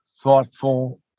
thoughtful